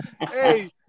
Hey